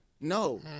No